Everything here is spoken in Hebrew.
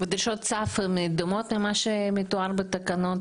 דרישות הסף הן דומות למה שמתואר בתקנות?